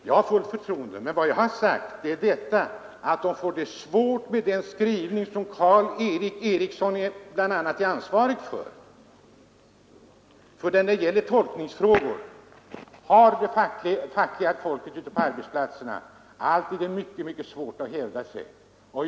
Jag har fullt förtroende för dem, men jag har sagt att de får det svårt med den skrivning som bl.a. Karl Erik Eriksson är ansvarig för. Det fackliga folket ute på arbetsplatserna har nämligen mycket svårt att hävda sig när det gäller tolkningsfrågor.